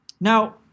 Now